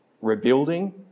rebuilding